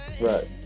right